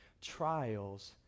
trials